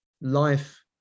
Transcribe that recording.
life